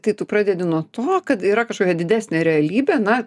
tai tu pradedi nuo to kad yra kažkokia didesnė realybė na